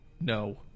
No